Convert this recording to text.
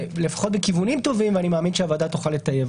ובכיוונים טובים ואני מאמין שהוועדה תוכל לטייב